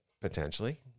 Potentially